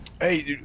Hey